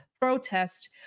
protest